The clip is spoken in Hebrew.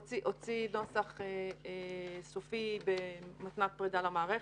הוא הוציא נוסח סופי במתנת פרידה למערכת,